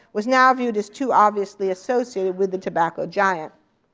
was now viewed as too obviously associated with the tobacco giant.